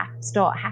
start